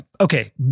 Okay